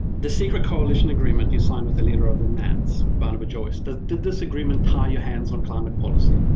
the secret coalition agreement you signed with the leader of the nats barnaby joyce, did did this agreement tie your hands on climate policy?